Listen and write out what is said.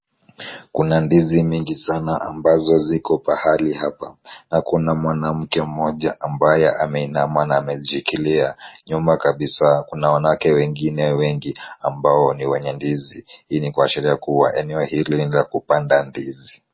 Kuna ndizi mingi sana ambazo ziko pahali hapa na kuna mwanamke mmoja ambaye ameinama na amezishikilia, nyuma kabisa kuna wanawake wengine wengi ambao ni wenye ndizi. Hii ni kuashiria kuwa eneo hili ni la kupanda ndizi.